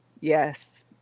yes